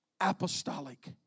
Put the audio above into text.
apostolic